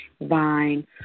Vine